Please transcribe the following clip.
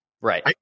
Right